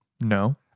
No